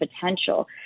potential